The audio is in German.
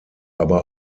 aber